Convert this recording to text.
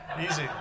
Easy